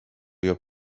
your